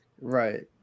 right